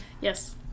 Yes